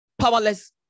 powerless